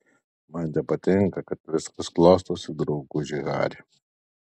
man nepatinka kaip viskas klostosi drauguži hari